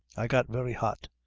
i got very hot.